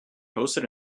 hosted